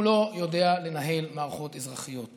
הוא לא יודע לנהל מערכות אזרחיות.